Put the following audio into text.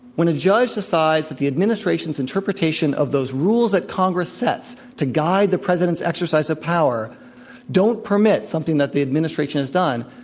when a judge decides that the administration's interpretation of those rules that congress sets toguide the president's exercise of power don't permit something that the administration has done,